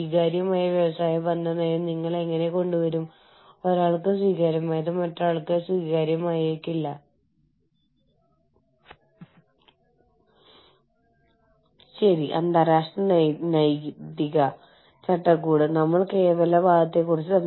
ആഗോള ബിസിനസ്സിനായി നിങ്ങൾ എങ്ങനെ സംഘടിപ്പിക്കുന്നു എന്നതിനെ ആളുകൾ ആളുകളുടെ പശ്ചാത്തലം പരിശീലനം സ്ഥാപനത്തിന്റെ വലുപ്പം മുതലായവ സ്വാധീനിക്കും